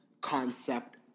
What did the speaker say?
concept